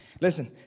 Listen